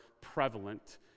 prevalent